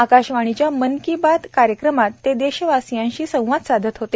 आकाशवाणीच्या मन की बात कार्यक्रमात ते देशवासियांशी संवाद साधत होते